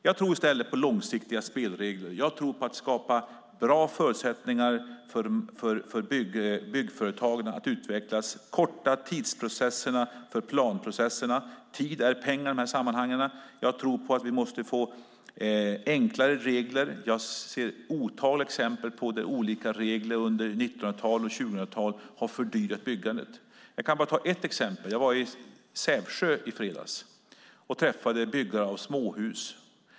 Jag tror i stället på långsiktiga spelregler. Jag tror på att skapa bra förutsättningar för byggföretagen att utvecklas och att korta tidsprocesserna för planprocesserna. Tid är pengar i dessa sammanhang. Jag tror att vi måste få enklare regler. Jag ser otaliga exempel på hur de olika reglerna under 1900-talet och 2000-talet har fördyrat byggandet. Jag ska ta ett exempel. Jag var i Sävsjö i fredags och träffade byggare av småhus.